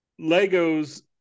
Legos